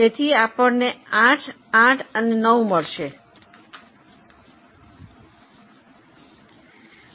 તેથી આપણને 8 8 અને 9 મળશે છે